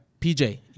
PJ